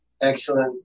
Excellent